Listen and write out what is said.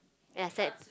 and I sent